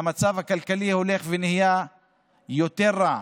המצב הכלכלי הולך ונהיה יותר רע,